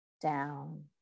down